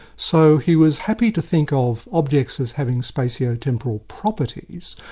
so he was happy to think of objects as having spatio-temporal properties,